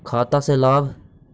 खाता से लाभ?